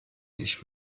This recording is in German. ich